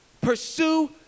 Pursue